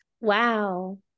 Wow